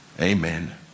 Amen